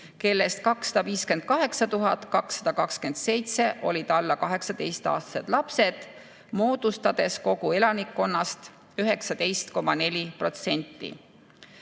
kellest 258 227 olid alla 18-aastased lapsed, moodustades kogu elanikkonnast 19,4%.